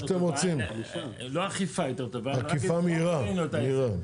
אכיפה מהירה.